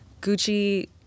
Gucci